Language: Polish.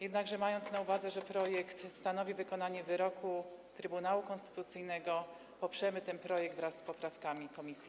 Jednakże mając na uwadze, że projekt stanowi wykonanie wyroku Trybunału Konstytucyjnego, poprzemy ten projekt wraz z poprawkami komisji.